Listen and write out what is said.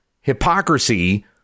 hypocrisy